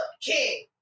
king